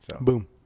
Boom